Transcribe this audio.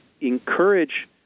encourage